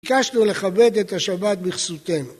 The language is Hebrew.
ביקשנו לכבד את השבת בכסותינו.